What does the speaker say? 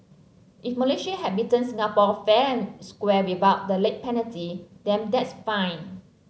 if Malaysia had beaten Singapore fair and square without the late penalty then that's fine